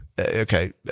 Okay